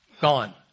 Gone